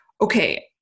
okay